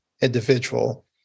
individual